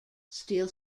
still